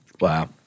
Wow